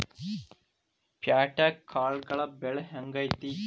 ಪ್ಯಾಟ್ಯಾಗ್ ಕಾಳುಗಳ ಬೆಲೆ ಹೆಂಗ್ ಐತಿ?